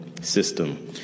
system